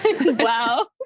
Wow